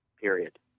period